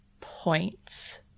points